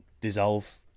dissolve